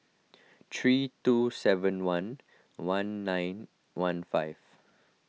three two seven one one nine one five